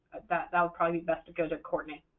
that would probably be best to go to courtney.